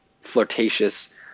flirtatious